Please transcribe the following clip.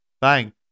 bang